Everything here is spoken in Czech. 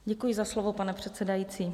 Děkuji za slovo, pane předsedající.